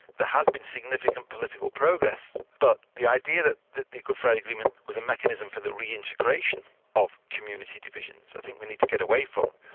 has been significant political progress, but the idea that the the good friday agreement was a mechanism for the reintegration of community divisions, i think we need to get away from.